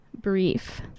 Brief